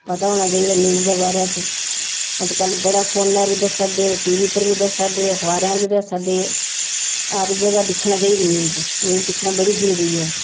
पता होना चाहिदा न्यूज दे बारे च अज्जकल बड़ा फोने पर बी दस्सा दे टी वी पर बी दस्सा दे अखबारें र बी दस्सा दे हर जगह् दिक्खना चाहिदी न्यूज न्यूज दिक्खना बड़ी जरूरी ऐ